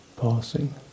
passing